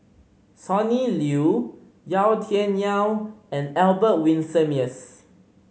Sonny Liew Yau Tian Yau and Albert Winsemius